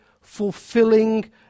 fulfilling